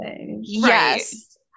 Yes